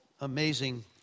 amazing